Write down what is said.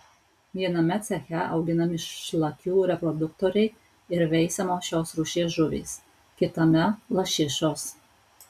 viename ceche auginami šlakių reproduktoriai ir veisiamos šios rūšies žuvys kitame lašišos